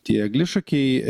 tie eglišakiai